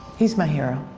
he's my hero.